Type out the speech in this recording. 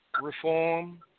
reform